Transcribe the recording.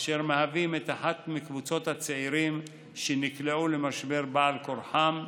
אשר מהווים את אחת מקבוצות הצעירים שנקלעו למשבר בעל כורחם,